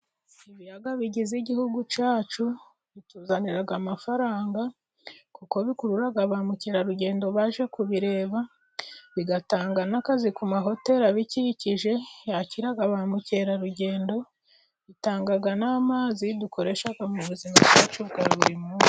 Ibiyaga bigize igihugu cyacu bituzanira amafaranga kubera ko bikururara ba mukerarugendo baje kubireba, bigatanga n'akazi ku mahoteri abikikije, yakira ba mukerarugendo bitanga n'amazi dukoresha mu buzima bwacu bwa buri munsi.